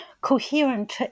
coherent